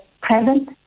Present